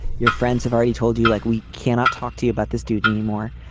your friends have already told you like we cannot talk to you about this dude anymore.